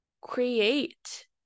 create